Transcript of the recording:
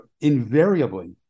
invariably